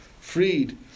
freed